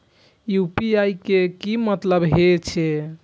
UPI के की मतलब हे छे?